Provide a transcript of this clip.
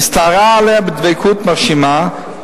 הסתערה עליה בדבקות מרשימה,